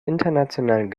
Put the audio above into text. internationalen